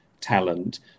talent